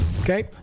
Okay